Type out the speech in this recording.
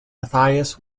mathias